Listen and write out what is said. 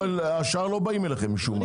השאר לא באים אליכם, משום מה.